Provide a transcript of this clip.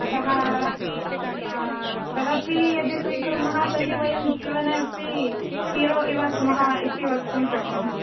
अतः तदपि यदि स्वीकृर्मः तर्हि वयं जीवने अपि हीरो इव स्मः इति वक्तुं शक्नोमि